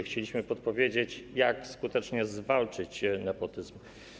Chcieliśmy podpowiedzieć, jak skutecznie zwalczyć nepotyzm.